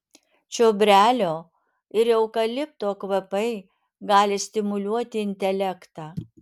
čiobrelio ir eukalipto kvapai gali stimuliuoti intelektą